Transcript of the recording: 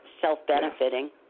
self-benefiting